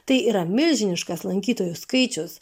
tai yra milžiniškas lankytojų skaičius